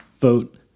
vote